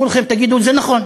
כולכם תגידו: זה נכון,